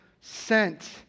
Sent